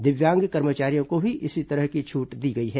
दिव्यांग कर्मचारियों को भी इसी तरह की छूट दी गई है